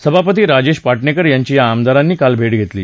सभापती राजेश पाटणेकर यांची या आमदारांनी काल भेट घेतली